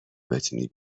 بتونی